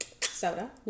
Soda